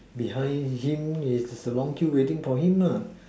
behind him is a long queue waiting for him lah